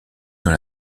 dans